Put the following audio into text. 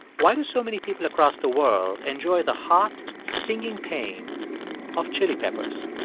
why do so many people across the world enjoy the hot, stinging pain of chili peppers?